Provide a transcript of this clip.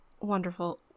Wonderful